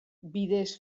bidez